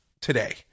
today